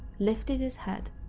lifted his head,